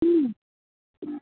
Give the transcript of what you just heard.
હા